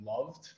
loved